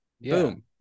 Boom